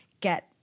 get